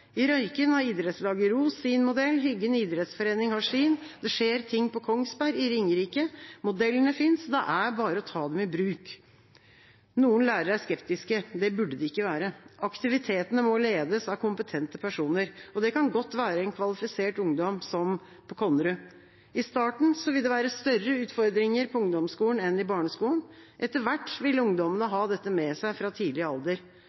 I Røyken har idrettslaget ROS sin modell. Hyggen Idrettsforening har sin. Det skjer ting på Kongsberg og i Ringerike. Modellene finnes. Det er bare å ta dem i bruk. Noen lærere er skeptiske. Det burde de ikke være. Aktivitetene må ledes av kompetente personer. Det kan godt være en kvalifisert ungdom, som på Konnerud. I starten vil det være større utfordringer på ungdomsskolen enn i barneskolen. Etter hvert vil ungdommene ha dette med seg fra tidlig alder.